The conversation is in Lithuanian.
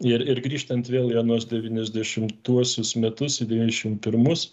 ir ir grįžtant vėl į anuos devyniasdešimtuosius metus į devyniasdešim pirmus